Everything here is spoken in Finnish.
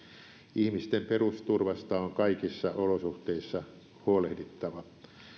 ihmisten perusturvasta on kaikissa olosuhteissa huolehdittava